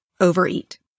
overeat